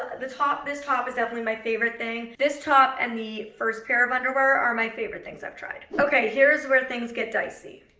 the top, this top is definitely my favorite thing. this top and the first pair of underwear are my favorite things i've tried. okay, here's where things get dicey.